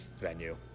venue